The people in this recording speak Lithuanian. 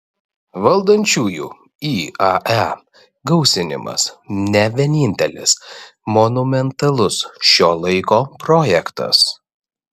valdančiųjų iae gausinimas ne vienintelis monumentalus šio laiko projektas